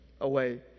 away